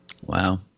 Wow